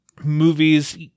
movies